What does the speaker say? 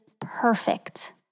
perfect